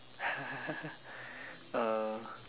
uh